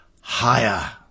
higher